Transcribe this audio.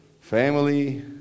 family